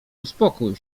uspokój